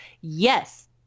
yes